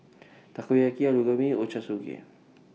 Takoyaki Alu Gobi Ochazuke